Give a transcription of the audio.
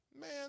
Man